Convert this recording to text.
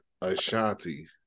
Ashanti